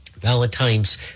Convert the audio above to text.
Valentine's